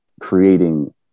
creating